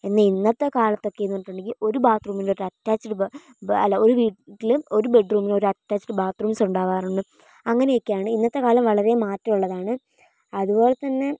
എന്നാ ഇന്നത്തെ കാലത്തൊക്കെന്ന് പറഞ്ഞിട്ടിണ്ടെങ്കി ഒരു ബാത്റൂമിൻ്റെ അറ്റാച്ചഡ് അല്ല ഒരു വീട്ടില് ഒരു ബെഡ്റൂമിന് ഒരു അറ്റാച്ചിട് ബാത്ത്റൂംസ് ഒണ്ടാവാറുണ്ട് അങ്ങനെയൊക്കെയാണ് ഇന്നത്തെ കാലം വളരെ മാറ്റം ഉള്ളതാണ് അത്പോലെത്തന്നെ